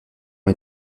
ont